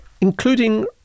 including